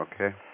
Okay